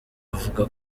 avuga